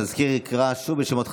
קריאת השמות.